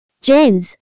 James